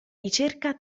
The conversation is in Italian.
ricerca